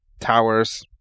towers